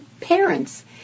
parents